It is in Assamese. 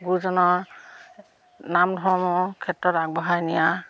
গুৰুজনাৰ নাম ধৰ্মৰ ক্ষেত্ৰত আগবঢ়াই নিয়া